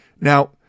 Now